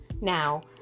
now